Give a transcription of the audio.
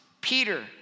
Peter